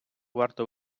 варто